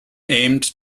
aimed